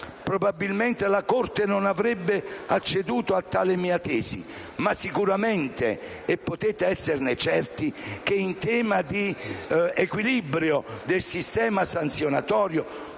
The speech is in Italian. stato sanato, la Corte non avrebbe comunque acceduto a tale mia tesi; ma sicuramente - e potete esserne certi - in tema di equilibrio del sistema sanzionatorio